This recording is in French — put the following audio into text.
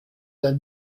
d’un